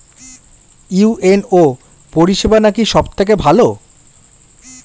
UNO পরিসেবা নাকি সব থেকে ভালো?